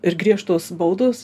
ir griežtos baudos